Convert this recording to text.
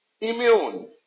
immune